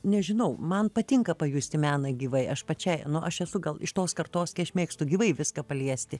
nežinau man patinka pajusti meną gyvai aš pačiai nu aš esu gal iš tos kartos kai aš mėgstu gyvai viską paliesti